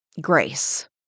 grace